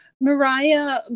mariah